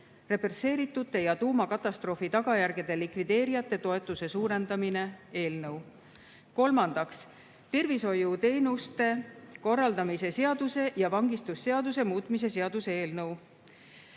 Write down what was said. (represseeritute ja tuumakatastroofi tagajärgede likvideerijate toetuse suurendamine) eelnõu. Kolmandaks, tervishoiuteenuste korraldamise seaduse ja vangistusseaduse muutmise seaduse eelnõu.